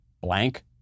blank